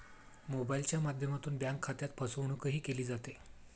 मोबाइलच्या माध्यमातून बँक खात्यात फसवणूकही केली जाते